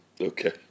Okay